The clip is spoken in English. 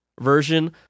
version